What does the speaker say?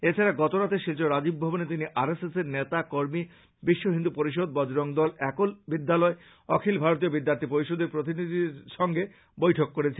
এছাড়া গতরাত্রে শিলচর রাজীব ভবনে তিনি আর এস এসের নেতা কর্মী বিশ্ব হিন্দু পরিষদ বজরং দল একল বিদ্যালয় অখিল ভারতীয় বিদ্যার্থী পরিষদের প্রতিনিধিদের সঙ্গে বৈঠক করেছেন